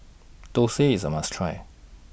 Thosai IS A must Try